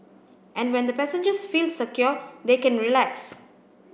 and when the passengers feel secure they can relax